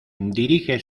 dirige